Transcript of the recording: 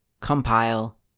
compile